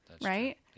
Right